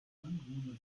sie